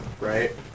right